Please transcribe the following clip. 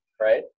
right